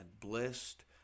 Blessed